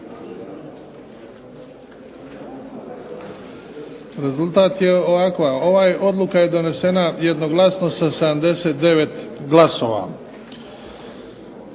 Rezultat je ovakav, ova odluka je donesena jednoglasno sa 79 glasova.